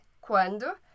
quando